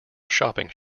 shopping